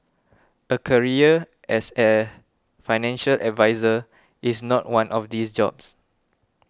a career as a financial advisor is not one of these jobs